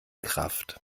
kraft